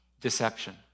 deception